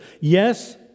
Yes